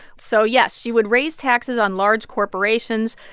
so yes, she would raise taxes on large corporations.